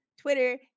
Twitter